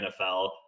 NFL